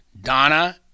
Donna